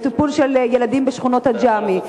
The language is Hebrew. בטיפול בילדים בשכונת עג'מי.